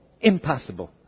Impossible